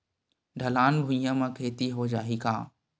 ढलान भुइयां म खेती हो जाही का?